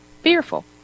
fearful